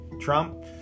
trump